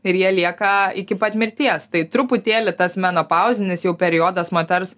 ir jie lieka iki pat mirties tai truputėlį tas menopauzinis jau periodas moters